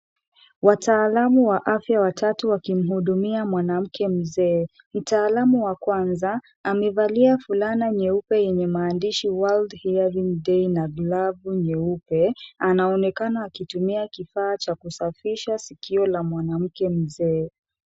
Wataalamu wa afya watatu wakimuhudumia mwanamke mzee. Mtaalamu wa kwanza amevalia fulana nyeupe yenye maandishi world hearing day na glavu nyeupe. Anaonekana akitumia kifaa cha kusafisha sikio la mwanamke mzee.